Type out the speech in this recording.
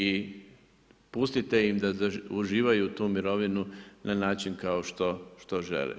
I pustite im da uživaju tu mirovinu na način kao što žele.